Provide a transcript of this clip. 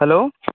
hello